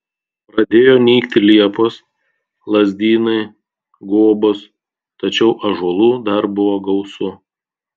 pradėjo nykti liepos lazdynai guobos tačiau ąžuolų dar buvo gausu